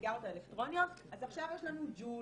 הסיגריות האלקטרוניות אז עכשיו יש לנו ג'ול.